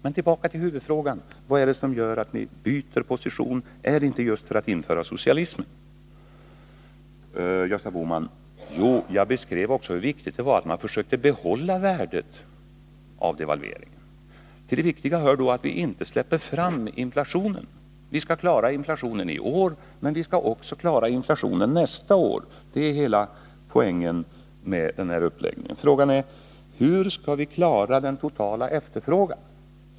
Men tillbaka till huvudfrågan: Vad är det som gör att ni byter position? Är det inte just för att ni vill införa socialismen? Till Gösta Bohman: Jag framhöll också hur viktigt det var att vi försöker behålla värdet av devalveringen. Till det viktiga hör då att vi inte släpper fram inflationen. Vi skall klara inflationen i år, men vi skall också klara den nästa år. Det är hela poängen med den här uppläggningen. Men frågan är: Hur skall vi klara den totala efterfrågan?